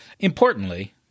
Importantly